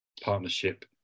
partnership